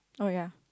oh ya